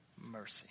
Mercy